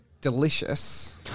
delicious